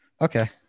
Okay